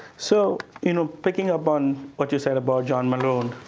so you know picking up on what you said about john malone.